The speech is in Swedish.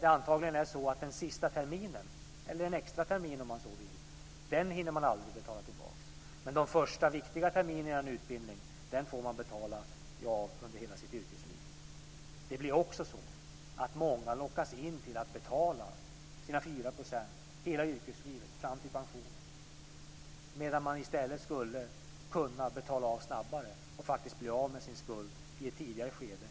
Det är antagligen så att den sista terminen eller en extra termin, om man så vill, hinner man aldrig betala tillbaka. Men de första viktiga terminerna av en utbildning får man betala av under hela sitt yrkesliv. Det blir också så att många lockas att betala sina 4 % hela yrkeslivet fram till pensionen när man i stället skulle kunna betala av snabbare och faktiskt bli av med sin skuld i ett tidigare skede.